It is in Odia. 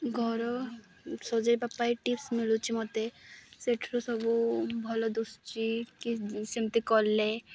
ଘର ସଜାଇବା ପାଇଁ ଟିପ୍ସ ମିଳୁଛି ମୋତେ ସେଇଠୁରୁ ସବୁ ଭଲ ଦିଶୁଛି କି ସେମିତି କଲେ